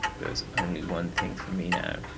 there is only one thing for me now,